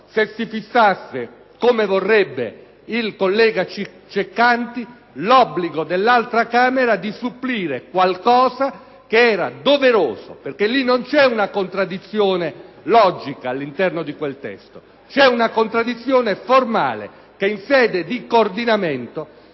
se si fissasse - come vorrebbe il collega Ceccanti - l'obbligo dell'altra Camera di supplire ad un qualcosa che era doveroso fare prima. Perché non c'è una contraddizione logica all'interno di quel testo: c'è una contraddizione formale che in sede di coordinamento